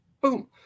Boom